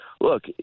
look